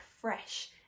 fresh